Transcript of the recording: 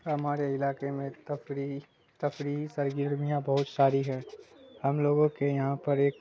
ہمارے علاقے میں تفریح تفریح سرگرمیاں بہت ساری ہے ہم لوگوں کے یہاں پر ایک